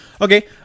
Okay